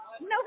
No